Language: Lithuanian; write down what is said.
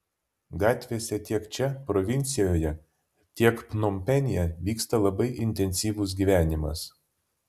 gatvėse tiek čia provincijoje tiek pnompenyje vyksta labai intensyvus gyvenimas